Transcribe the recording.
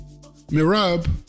mirab